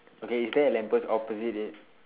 okay is there a lamp post opposite it